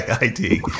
ID